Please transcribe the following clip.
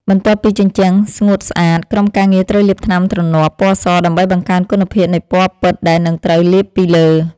បន្ទាប់ពីជញ្ជាំងស្ងួតស្អាត ក្រុមការងារត្រូវលាបថ្នាំទ្រនាប់ ពណ៌ស ដើម្បីបង្កើនគុណភាពនៃពណ៌ពិតដែលនឹងត្រូវលាបពីលើ។